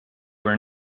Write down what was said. were